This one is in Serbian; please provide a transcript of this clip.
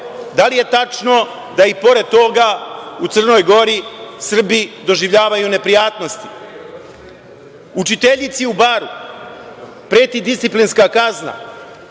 li je tačno da i pored toga u Crnoj Gori, Srbi doživljavaju neprijatnost? Učiteljici u Baru, preti disciplinska kazna,